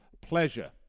pleasure